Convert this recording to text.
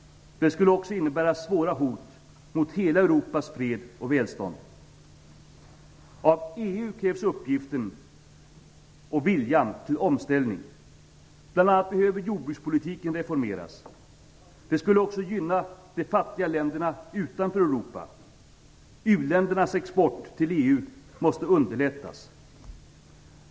Det skulle också innebära svåra hot mot hela Europas fred och välstånd. Av EU kräver uppgiften vilja till omställning. Bl.a. behöver jordbrukspolitiken reformeras. Det skulle också gynna de fattiga länderna utanför Europa. U-ländernas export till EU måste underlättas.